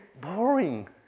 Boring